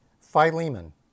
Philemon